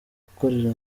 gukorera